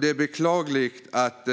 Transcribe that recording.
Det är beklagligt att